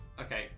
Okay